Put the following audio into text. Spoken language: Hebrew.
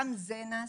גם זה נעשה,